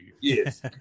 Yes